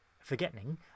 forgetting